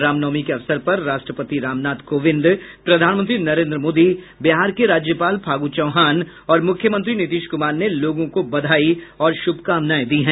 रामनवमी के अवसर पर राष्ट्रपति रामनाथ कोविंद प्रधानमंत्री नरेंद्र मोदी बिहार के राज्यपाल फागू चौहान और मुख्यमंत्री नीतीश कुमार ने लोगों को बधाई और शुभकामनाएं दी हैं